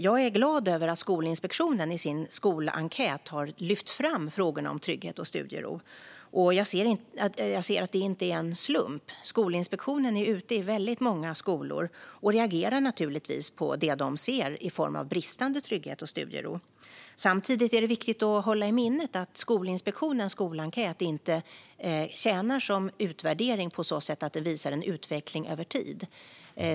Jag är glad över att Skolinspektionen i sin skolenkät har lyft fram trygghet och studiero. Jag ser också att det inte är en slump. Skolinspektionen är ute i väldigt många skolor och reagerar naturligtvis på det man ser i form av bristande trygghet och studiero. Samtidigt är det viktigt att hålla i minnet att Skolinspektionens skolenkät inte tjänar som en utvärdering på ett sådant sätt att den visar en utveckling över tid.